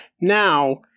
Now